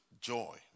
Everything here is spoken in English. joy